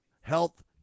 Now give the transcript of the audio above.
health